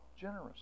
generous